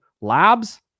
labs